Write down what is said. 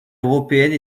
européenne